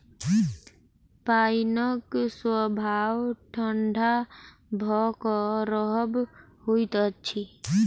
पाइनक स्वभाव ठंढा भ क रहब होइत अछि